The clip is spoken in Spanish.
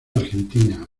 argentina